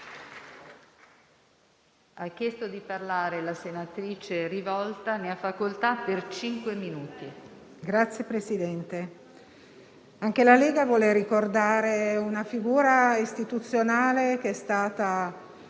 Signor Presidente, anche la Lega vuole ricordare una figura istituzionale che è stata